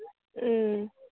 ꯎꯝ